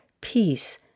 peace